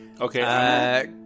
Okay